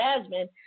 Jasmine